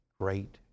great